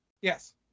Yes